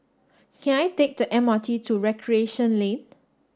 can I take the M R T to Recreation Lane